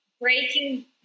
breaking